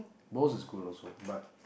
Bose is good also but